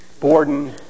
Borden